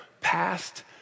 past